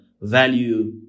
value